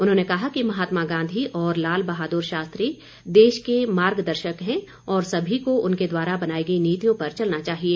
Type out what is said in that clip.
उन्होंने कहा कि महात्मा गांधी और लाल बहादुर शास्त्री देश के मार्गदर्शक हैं और सभी को उनके द्वारा बनाई गई नीतियों पर चलना चाहिए